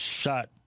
shot